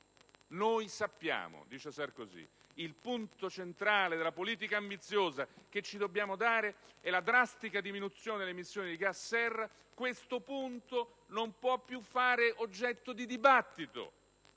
Noi sappiamo." - dice Sarkozy - "Il punto centrale della politica ambiziosa che ci dobbiamo dare è la drastica diminuzione delle emissioni di gas serra. Questo punto non può più fare oggetto di dibattito.